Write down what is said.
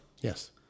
Yes